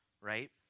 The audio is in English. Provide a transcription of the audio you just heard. right